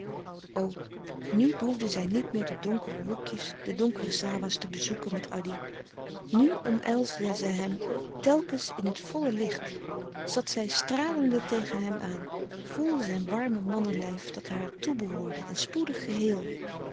nu behoefde zij niet meer de donkere hoekjes de donkere sawahs te zoeken met addy nu omhelsde zij hem telkens in het volle licht zat zij stralende tegen hem aan voelende zijn warme mannelijf dat haar toebehoorde en spoedig geheel